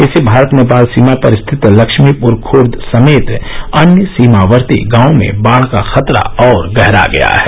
इससे भारत नेपाल सीमा पर स्थित लक्ष्मीपुर खुर्द समेत अन्य सीमावर्ती गांवों में बाढ़ का खतरा और गहरा गया है